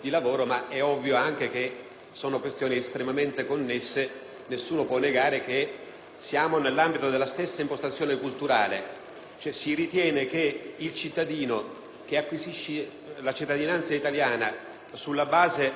siamo nell'ambito della stessa impostazione culturale, cioè si ritiene che il cittadino che acquisisce la cittadinanza italiana sulla base di un soggiorno nel nostro Paese, protratto per dieci anni o per il tempo richiesto dalla legge,